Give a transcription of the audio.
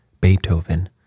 Beethoven